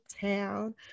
town